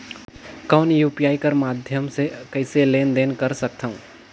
कौन यू.पी.आई कर माध्यम से कइसे लेन देन कर सकथव?